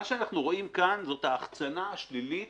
מה שאנחנו רואים כאן זו ההחצנה השלילית